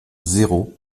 zéro